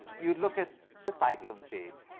you'd look at the title of the page.